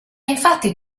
infatti